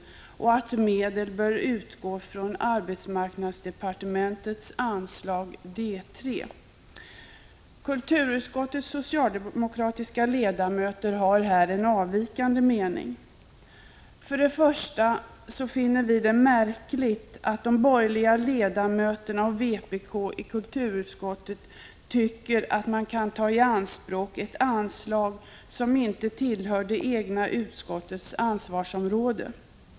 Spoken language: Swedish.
Kulturutskottets socialdemokratiska ledamöter har här en avvikande mening. För det första finner vi det märkligt att de borgerliga ledamöterna och vpk i kulturutskottet tycker att man kan ta i anspråk ett anslag, som inte tillhör det egna utskottets ansvarsområde.